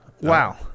Wow